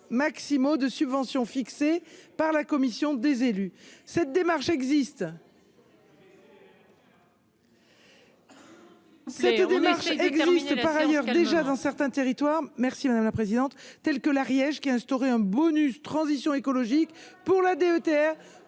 maximaux de subventions, fixé par la commission des élus cette démarche existe. C'est que des marchés éclairagiste par ailleurs déjà dans certains territoires, merci madame la présidente, telle que l'Ariège qui instaurer un bonus transition écologique pour la DETR